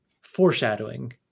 foreshadowing